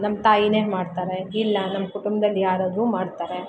ನಮ್ಮ ತಾಯಿ ಮಾಡ್ತಾರೆ ಇಲ್ಲ ನಮ್ಮ ಕುಟುಂಬ್ದಲ್ಲಿ ಯಾರಾದರೂ ಮಾಡ್ತಾರೆ